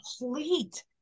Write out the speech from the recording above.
complete